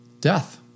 death